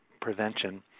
prevention